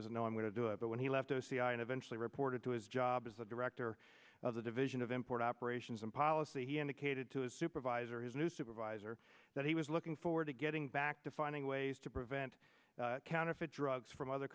doesn't know i'm going to do it but when he left o c i and eventually reported to his job as the director of the division of import operations and policy he indicated to his supervisor his new supervisor that he was looking forward to getting back to finding ways to prevent counterfeit drugs from other